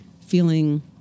feeling